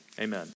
amen